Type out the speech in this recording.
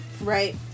Right